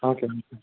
okay